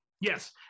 yes